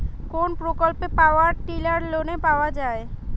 কোন প্রকল্পে power tiller লোনে পাওয়া য়ায়?